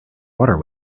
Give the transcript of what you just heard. water